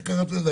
איך קראת לזה,